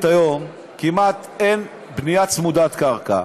היום כמעט אין בנייה צמודת-קרקע.